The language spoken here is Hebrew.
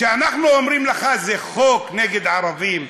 כשאנחנו אומרים לך: זה חוק נגד ערבים,